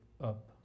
up